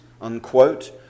unquote